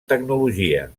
tecnologia